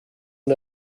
und